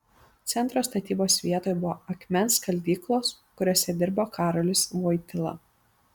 centro statybos vietoje buvo akmens skaldyklos kuriose dirbo karolis vojtyla